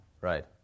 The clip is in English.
right